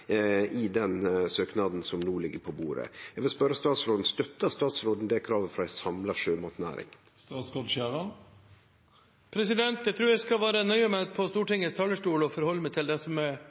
i søknaden som no ligg på bordet. Eg vil spørje statsråden: Støttar statsråden det kravet frå ei samla sjømatnæring? Jeg tror jeg på Stortingets talerstol skal være nøye med å forholde meg til det som er